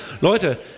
Leute